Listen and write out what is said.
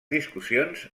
discussions